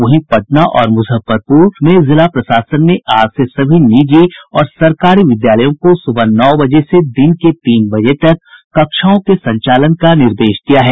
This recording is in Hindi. वहीं पटना और मुजफ्फरपुर जिला प्रशासन ने आज से सभी निजी और सरकारी विद्यालयों को सुबह नौ बजे से दिन के तीन बजे तक कक्षाओं के संचालन का निर्देश दिया है